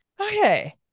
Okay